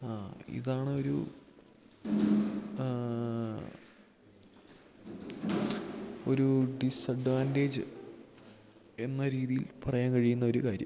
ആ ഇതാണ് ഒരു ആ ആ ആ ആ ഒരു ഡിസഡ്വാൻറ്റേജ് എന്ന രീതിയിൽ പറയാൻ കഴിയുന്ന ഒരു കാര്യം